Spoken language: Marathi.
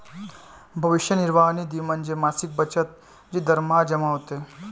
भविष्य निर्वाह निधी म्हणजे मासिक बचत जी दरमहा जमा होते